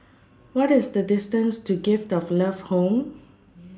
What IS The distance to Gift of Love Home